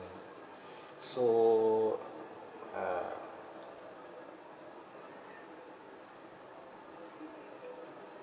so uh